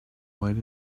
white